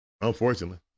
Unfortunately